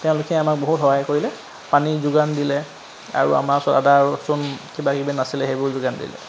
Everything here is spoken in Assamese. তেওঁলোকে আমাক বহুত সহায় কৰিলে পানীৰ যোগান দিলে আৰু আমাৰ ওচৰত আদা ৰচুন কিবাকিবি নাছিলে সেইবোৰ যোগান দিলে